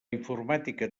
informàtica